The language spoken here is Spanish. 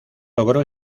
logró